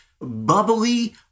bubbly